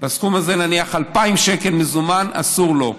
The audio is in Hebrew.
בסכום הזה, נניח, 2,000 שקל במזומן, אסור לו,